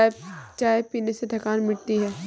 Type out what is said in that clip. चाय पीने से थकान मिटती है